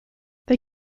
they